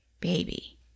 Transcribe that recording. baby